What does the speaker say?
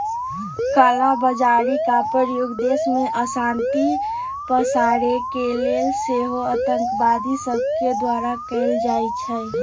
कला बजारी के प्रयोग देश में अशांति पसारे के लेल सेहो आतंकवादि सभके द्वारा कएल जाइ छइ